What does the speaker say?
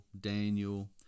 Daniel